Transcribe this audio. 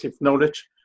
knowledge